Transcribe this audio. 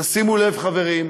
תשימו לב, חברים,